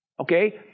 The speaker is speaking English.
Okay